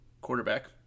quarterback